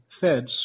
feds